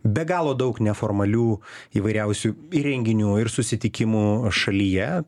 be galo daug neformalių įvairiausių ir renginių ir susitikimų šalyje